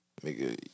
Nigga